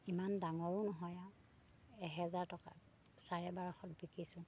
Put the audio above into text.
ইমান ডাঙৰো নহয় আৰু এহেজাৰ টকা চাৰে বাৰশত বিকিছোঁ